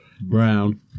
Brown